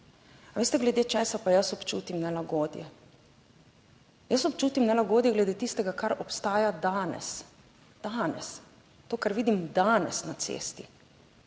A veste, glede česa pa jaz občutim nelagodje? Jaz občutim nelagodje glede tistega, kar obstaja danes, danes, to, kar vidim danes na cesti